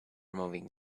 moving